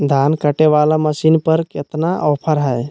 धान कटे बाला मसीन पर कतना ऑफर हाय?